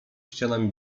ścianami